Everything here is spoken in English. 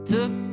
Took